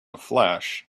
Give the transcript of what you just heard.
flash